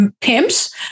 pimps